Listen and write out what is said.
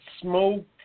smoke